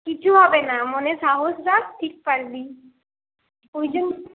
কিছু হবে না মনে সাহস রাখ ঠিক পারবি ওই যে